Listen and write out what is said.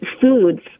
foods